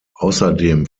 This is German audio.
außerdem